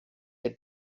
had